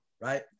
right